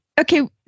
Okay